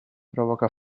provoca